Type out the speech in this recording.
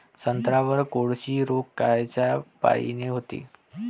संत्र्यावर कोळशी रोग कायच्यापाई येते?